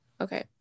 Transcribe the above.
Okay